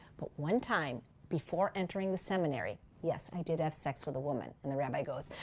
but one time before entering the seminary, yes, i did have sex with a woman. and the rabbi goes,